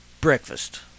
breakfast